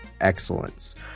excellence